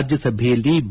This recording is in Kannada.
ರಾಜ್ಯಸಭೆಯಲ್ಲಿ ಬಿ